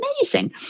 amazing